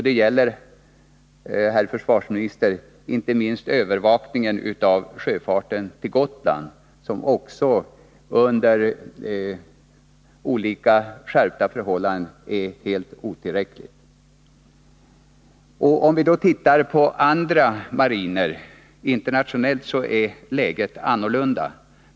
Det gäller, herr försvarsminister, inte minst övervakningen av sjöfarten till Gotland, som också under skärpta förhållanden är otillräcklig. Om vi tittar på andra länders mariner så finner vi att läget där är annorlunda.